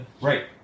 Right